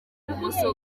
ibumoso